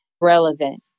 relevant